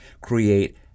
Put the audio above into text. create